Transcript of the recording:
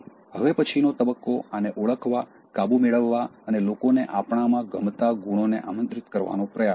હવે પછી નો તબક્કો આને ઓળખવા કાબુ મેળવવા અને લોકોને આપણામાં ગમતાં ગુણોને આમંત્રિત કરવાનો પ્રયાસ કરવો